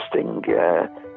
interesting